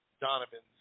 Donovan's